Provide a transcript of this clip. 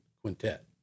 quintet